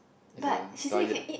is a diet